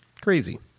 crazy